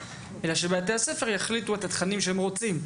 אלא שבתי הספר יחליטו את התכנים שהם רוצים.